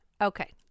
Okay